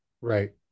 Right